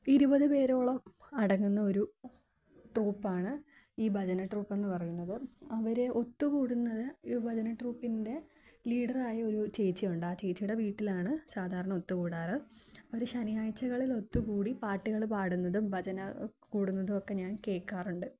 ഇരുപത് പേരോളം അടങ്ങുന്ന ഒരു ട്രൂപ്പാണ് ഈ ഭജന ട്രൂപ്പെന്ന് പറയുന്നത് അവര് ഒത്തുകൂടുന്നത് ഈ ഭജന ട്രൂപ്പിൻ്റെ ലീഡറായ ഒരു ചേച്ചിയുണ്ട് ആ ചേച്ചിയുടെ വീട്ടിലാണ് സാധാരണ ഒത്തുകൂടാറ് ഒരു ശനിയാഴ്ചകളിൽ ഒത്തുകൂടി പാട്ടുകള് പാടുന്നതും ഭജന കൂടുന്നതുമൊക്കെ ഞാൻ കേള്ക്കാറുണ്ട്